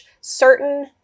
certain